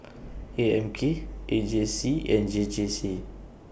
A M K A J C and J J C